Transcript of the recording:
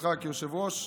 אותך כיושב-ראש,